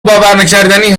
باورنکردنی